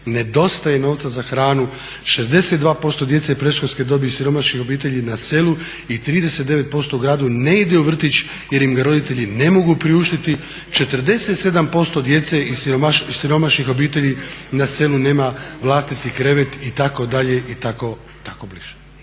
nedostaje novca za hranu, 62% djece predškolske dobi iz siromašnih obitelji na selu i 39% u gradu ne ide u vrtić jer im ga roditelji ne mogu priuštiti, 47% djece iz siromašnih obitelji na selu nema vlastiti krevet itd.,